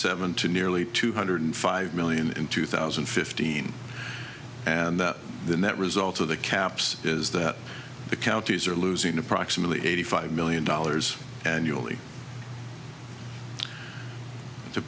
seven to nearly two hundred five million in two thousand and fifteen and that the net result of the caps is that the counties are losing approximately eighty five million dollars annually to